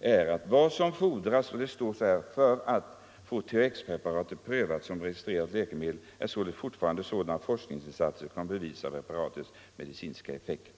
följande: ”Vad som fordras för att få THX-preparatet prövat som registrerat läkemedel är således fortfarande sådana forskningsinsatser som kan bevisa preparatets medicinska effekter.